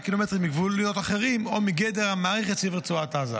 קילומטרים מגבולות אחרים או מגדר המערכת סביב רצועת עזה,